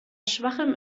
schwachem